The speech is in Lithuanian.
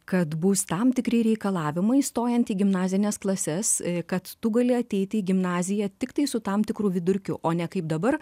kad bus tam tikri reikalavimai stojant į gimnazines klases kad tu gali ateiti į gimnaziją tiktai su tam tikru vidurkiu o ne kaip dabar